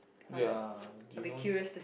ya do you know